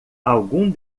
algum